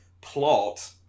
plot